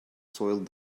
soiled